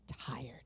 tired